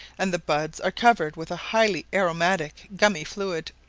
and the buds are covered with a highly aromatic gummy fluid.